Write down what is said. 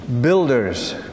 builders